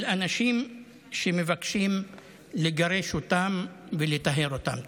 אנשים שמבקשים לגרש אותם ולטהר אותם.